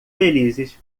felizes